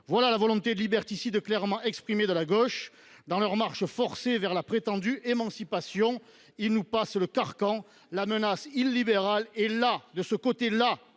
Voilà la volonté liberticide clairement exprimée de la gauche. Dans leur marche forcée vers la prétendue émancipation, ils nous passent le carcan ! La menace illibérale est donc bien de ce côté là